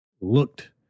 looked